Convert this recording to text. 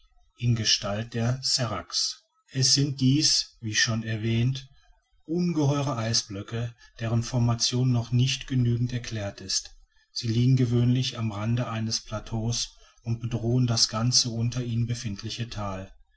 in gestalt der seracs es sind dies wie schon erwähnt ungeheure eisblöcke deren formation noch nicht genügend erklärt ist sie liegen gewöhnlich am rande eines plateaus und bedrohen das ganze unter ihnen befindliche thal